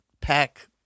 pack